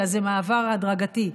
אלא זה מעבר הדרגתי.